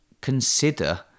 Consider